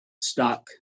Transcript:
stock